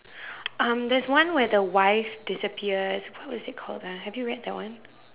um there's one where the wife disappears what was it called ah have you read that one